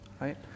right